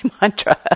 mantra